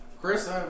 Chris